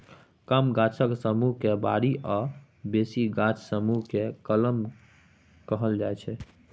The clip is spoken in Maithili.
कम गाछक समुह केँ बारी आ बेसी गाछक समुह केँ कलम कहल जाइ छै